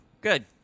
good